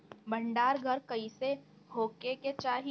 भंडार घर कईसे होखे के चाही?